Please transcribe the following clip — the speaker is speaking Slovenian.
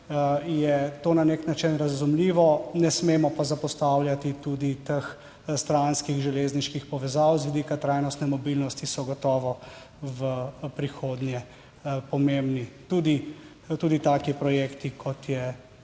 Je to na nek način razumljivo, ne smemo pa zapostavljati tudi teh stranskih železniških povezav. Z vidika trajnostne mobilnosti so gotovo v prihodnje pomembni tudi, tudi taki projekti kot je